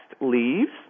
leaves